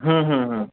হুম হুম হুম